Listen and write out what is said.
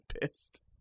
pissed